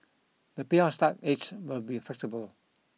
the payout start age will be flexible